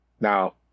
Now